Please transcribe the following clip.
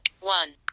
one